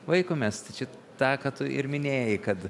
vaikomės tai čia tą ką tu ir minėjai kad